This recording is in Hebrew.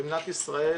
במדינת ישראל